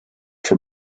for